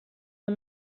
are